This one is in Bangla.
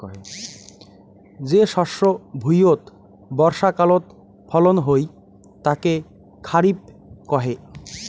যে শস্য ভুঁইয়ত বর্ষাকালত ফলন হই তাকে খরিফ কহে